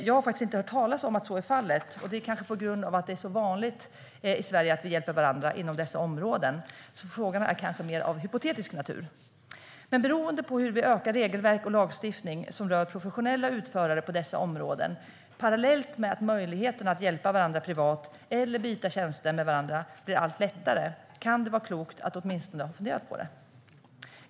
Jag har inte hört talas om att så skulle vara fallet, kanske på grund av att det är så vanligt att vi hjälper varandra inom dessa områden i Sverige. Frågan är kanske mer av hypotetisk natur. Men beroende på hur vi ökar regelverk och lagstiftning som rör professionella utförare på dessa områden, parallellt med att möjligheterna att hjälpa varandra privat eller byta tjänster med varandra blir allt större, kan det vara klokt att åtminstone ha funderat på det.